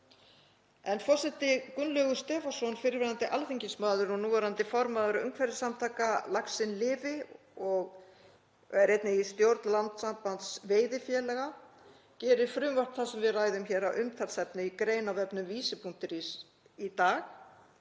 Forseti. Gunnlaugur Stefánsson, fyrrverandi alþingismaður og núverandi formaður umhverfissamtakanna Laxinn lifi, sem er einnig í stjórn Landssambands veiðifélaga, gerir frumvarp það sem við ræðum hér að umtalsefni í grein á vefnum vísir.is í dag,